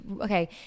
okay